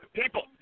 people